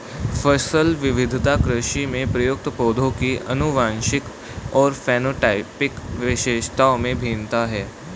फसल विविधता कृषि में प्रयुक्त पौधों की आनुवंशिक और फेनोटाइपिक विशेषताओं में भिन्नता है